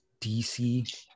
DC